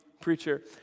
preacher